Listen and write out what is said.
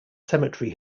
cemetery